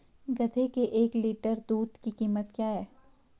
गधे के एक लीटर दूध की कीमत क्या है?